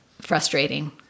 frustrating